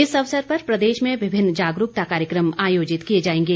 इस अवसर पर प्रदेश में विभिन्न जागरूकता कार्यक्रम आयोजित किए जाएंगे